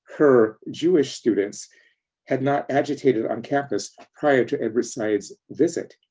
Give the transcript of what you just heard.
her jewish students had not agitated on campus prior to edward said's visit.